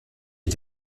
est